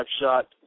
shot